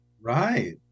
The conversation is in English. Right